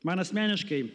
man asmeniškai